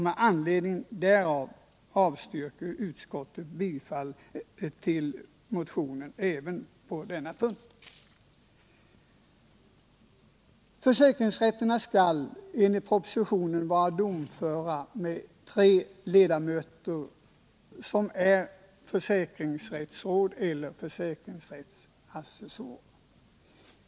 Med anledning därav avstyrker utskottet bifall till motionen även på denna punkt. Försäkringsrätterna skall enligt propositionen vara domföra med tre ledamöter som är försäkringsrättsråd eller försäkringsrättsassessorer.